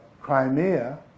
Crimea